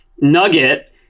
nugget